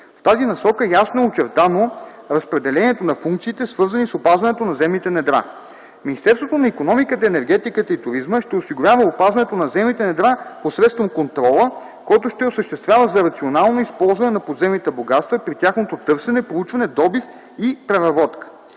В тази насока ясно е очертано разпределението на функциите, свързани с опазването на земните недра. Министерството на икономиката, енергетиката и туризма ще осигурява опазването на земните недра посредством контрола, който ще осъществява за рационално използване на подземните богатства при тяхното търсене, проучване, добив и преработка.